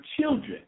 children